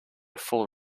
full